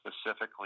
specifically